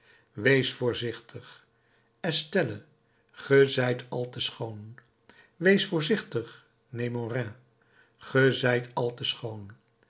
wees voorzichtig estelle ge zijt al te schoon wees voorzichtig nemorin ge zijt al te schoon